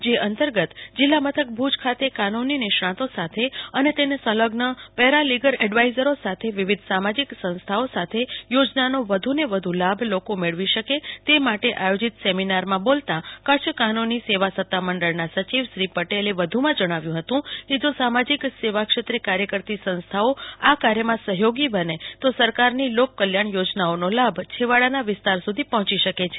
જે અંતર્ગત જિલ્લા મથક ભુજ ખાતે કાનૂની નિષ્ણાતો સાથે અને તેને સંલગ્ન પેરા લીગલ એડવાઈઝરો અને વિવિધ સામાજિક સંસ્થાઓ સાથે યોજનાનો વધુને વધુ લોકો લાભ મેળવી શકે તે માટે આયોજિત સેમિનારમાં બોલતા કચ્છ કાનૂની સેવા સત્તા મંડળના સચિવ શ્રી પટેલે વધુમાં જણાવ્યું હતું કે જો સામાજિક સેવા ક્ષેત્રે કાર્ય કરતી સંસ્થાઓ આ કાર્યમાં સહયોગી બને તો સરકારની લોક કલ્યાણ યોજનાઓનો લાભ છેવાડાના વિસતાર સુધી પહોંચી શકે છે